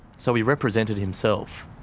so he represented himself.